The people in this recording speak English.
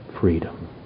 freedom